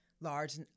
large